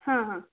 ହଁ ହଁ